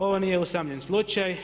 Ovo nije usamljen slučaj.